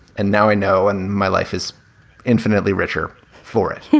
and now i know. and my life is infinitely richer for it.